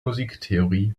musiktheorie